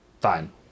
Fine